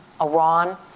Iran